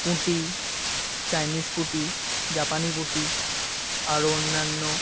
পুঁটি চাইনিজ পুঁটি জাপানি পুঁটি আরও অন্যান্য